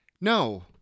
no